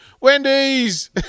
Wendy's